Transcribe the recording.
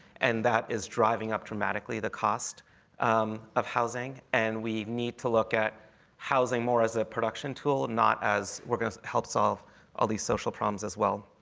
and that is driving up dramatically the cost of housing. and we need to look at housing more as a production tool, not as we're going to help solve all these social problems as well.